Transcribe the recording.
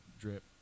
Drip